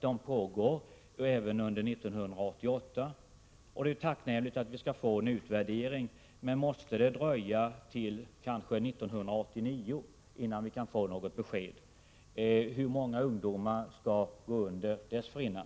De pågår även under 1988. Det är tacknämligt att vi nu skall få en utvärdering. Men måste det dröja till kanske 1989 innan vi kan få något besked? Hur många ungdomar skall gå under dessförinnan?